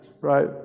Right